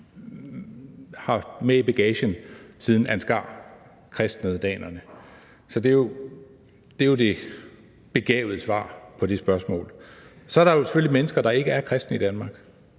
har haft med i bagagen, siden Ansgar kristnede danerne. Det er jo det begavede svar på det spørgsmål. Så er der jo selvfølgelig mennesker i Danmark, der ikke er kristne, og